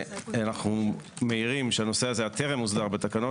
אנו מעירים שהנושא טרם הוסדר בתקנות